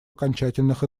окончательных